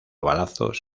balazos